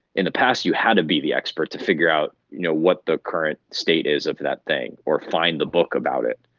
in the past you had to be the expert to figure out you know what the current state is of that thing or find the book about it,